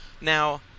Now